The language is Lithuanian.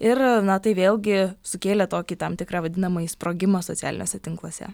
ir na tai vėlgi sukėlė tokį tam tikrą vadinamąjį sprogimą socialiniuose tinkluose